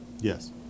Yes